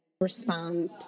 respond